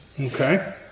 Okay